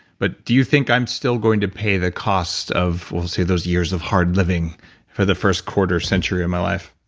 but do you think i'm still going to pay the cost of we'll say those years of hard living for the first quarter century of my life?